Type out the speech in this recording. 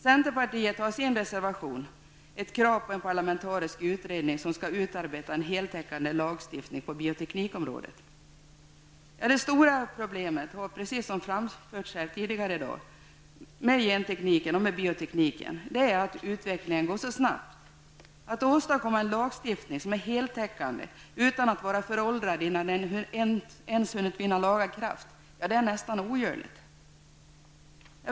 Centerpartiet har i sin reservation ett krav på en parlamentarisk utredning som skall utarbeta en heltäckande lagstiftning på bioteknikområdet. Det stora problemet med just gentekniken och biotekniken är, precis som framförts här tidigare i dag, att utvecklingen går så snabbt. Att åstadkomma en lagstiftning som är heltäckande, utan att vara föråldrad innan den ens hunnit vinna laga kraft, är nästan ogörligt.